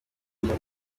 kujya